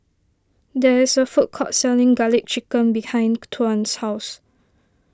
there is a food court selling Garlic Chicken behind Tuan's house